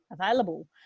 available